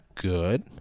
Good